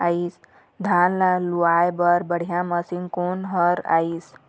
धान ला लुआय बर बढ़िया मशीन कोन हर आइ?